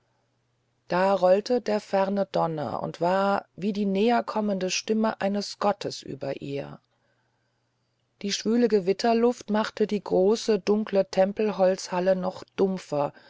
da rollte der ferne donner und war wie die näherkommende stimme eines gottes über ihr die schwüle gewitterluft machte die große dunkle tempelholzhalle noch dumpfer